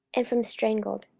and from strangled,